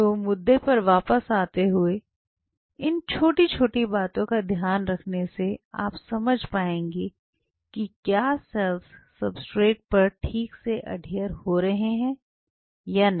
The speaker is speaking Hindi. तो मुद्दे पर वापस आते हुए इन छोटी छोटी बातों को ध्यान में रखने से आप समझ पाएंगे कि क्या सेल्स सबस्ट्रेट पर ठीक से अडहियर हो रहे हैं या नहीं